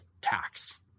tax